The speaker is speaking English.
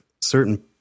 certain